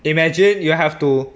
imagine you have to